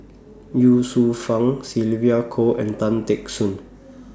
Ye Shufang Sylvia Kho and Tan Teck Soon